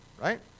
right